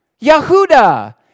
Yehuda